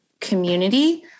community